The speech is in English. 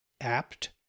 apt